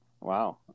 Wow